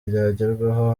ryagerwaho